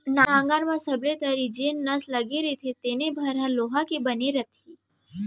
नंगर म सबले तरी जेन नस लगे रथे तेने भर ह लोहा के बने रथे